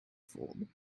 fooled